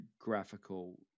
graphical